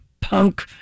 punk